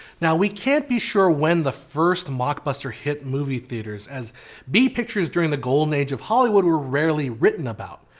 now we can't be sure when the first mockbuster hit movie theaters as b-pictures during the golden age of hollywood were rarely written about.